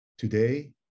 Today